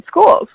schools